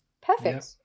Perfect